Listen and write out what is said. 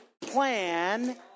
plan